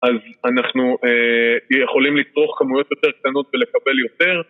אז אנחנו יכולים לצרוך כמויות יותר קטנות ולקבל יותר